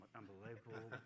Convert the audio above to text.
unbelievable